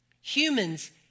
Humans